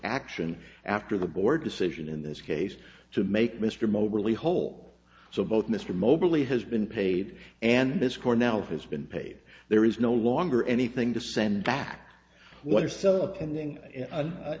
action after the board decision in this case to make mr moberly whole so both mr moberly has been paid and this cornell has been paid there is no longer anything to send